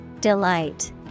Delight